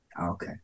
Okay